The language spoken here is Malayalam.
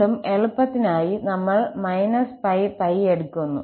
വീണ്ടും എളുപ്പത്തിനായി നമ്മൾ −𝜋 𝜋 എടുക്കുന്നു